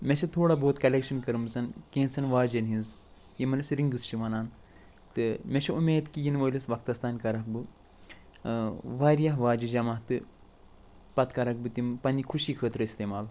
مےٚ چھِ تھوڑا بہت کلٮ۪شن کٔرمٕژ کٮ۪نٛژن واجن ہِنٛزۍ یِمن أسۍ رِنٛگٕس چھِ وَنان تہٕ مےٚ چھِ اُمید کہِ یِنہٕ وٲلِس وقتس تام کرکھ بہٕ وارِیاہ واجہِ جمع تہٕ پتہٕ کَرکھ بہٕ تِم پنٛنہِ خوشی خٲطرٕ استعمال